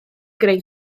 greu